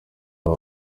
aba